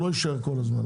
הוא לא יישאר כך כל הזמן.